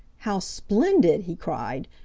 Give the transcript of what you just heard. how splendid! he cried.